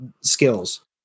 Skills